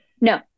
No